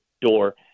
door